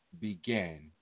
began